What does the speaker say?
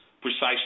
precisely